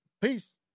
Peace